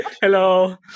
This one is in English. hello